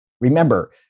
Remember